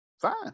fine